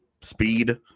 speed